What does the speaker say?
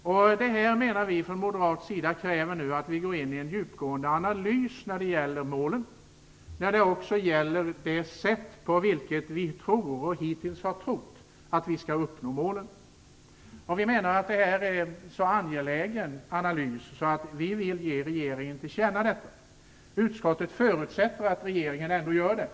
Detta kräver, menar vi från moderat sida, att vi nu går in i en djupgående analys av målen och våra föreställningar om hur vi skall uppnå målen. Det här är en så angelägen analys att vi vill ge regeringen detta till känna. Utskottet förutsätter att regeringen ändå genomför detta.